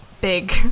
big